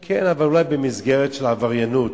כן, אבל אולי במסגרת של עבריינות.